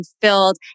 filled